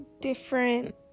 different